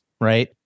Right